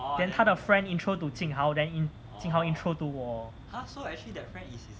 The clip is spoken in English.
then 他的 friend intro to jing hao then in jing hao intro to 我 so actually that friend easy